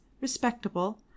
respectable